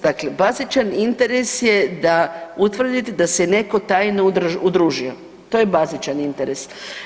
Dakle, bazičan interes je da utvrdite da se netko tajno udružio, to je bazičan interes.